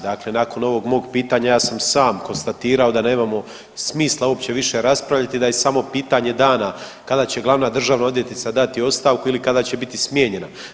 Dakle, nakon ovog mog pitanja ja sam sam konstatirao da nemamo smisla uopće više raspravljati i da je samo pitanje dana kada će glavna državna odvjetnica dati ostavku ili kada će biti smijenjena.